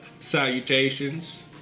Salutations